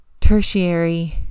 tertiary